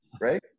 Right